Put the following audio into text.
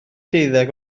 deuddeg